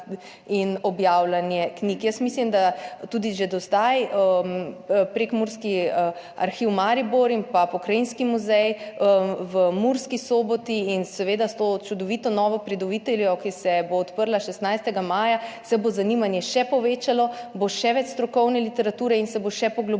in objavljanje knjig. Jaz mislim, da sta že do zdaj Pokrajinski arhiv Maribor in Pokrajinski muzej Murska Sobota [to počela] in seveda s to čudovito novo pridobitvijo, ki se bo odprla 16. maja, se bo zanimanje še povečalo, še več bo strokovne literature in se bo še poglobilo